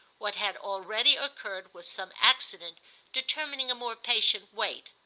what had already occurred was some accident determining a more patient wait.